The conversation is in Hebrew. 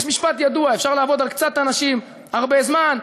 יש משפט ידוע: אפשר לעבוד על קצת אנשים הרבה זמן,